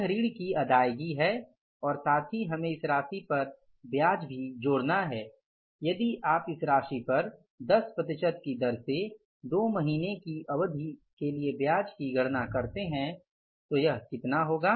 यह ऋण की अदायगी है और साथ ही हमें इस राशि पर ब्याज जोड़ना है यदि आप इस राशि पर 10 प्रतिशत की दर से 2 महीने की अवधि के लिए ब्याज की गणना करते है तो यह कितना होगा